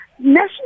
National